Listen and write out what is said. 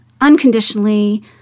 unconditionally